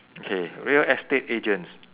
okay real estate agents